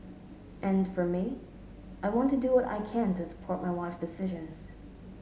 and for me I want to do what I can to support my wife's decisions